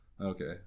Okay